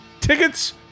tickets